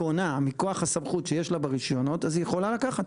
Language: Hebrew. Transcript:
קונה מכוח הסמכות שיש לה ברישיונות אז היא יכולה לקחת.